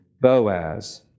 Boaz